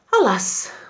Alas